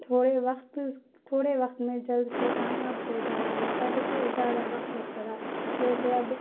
تھوڑے وقت اس تھوڑے وقت میں جلد سے کام اب ہو جا رہا ہے پہلے کوئی زیادہ وقت لگتا تھا جیسے اب